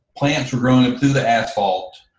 plants are growing and through the asphalt,